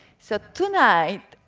so tonight,